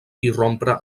irrompre